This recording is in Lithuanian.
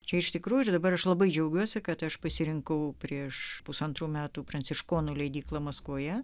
čia iš tikrųjų dabar aš labai džiaugiuosi kad aš pasirinkau prieš pusantrų metų pranciškonų leidykla maskvoje